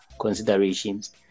considerations